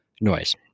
noise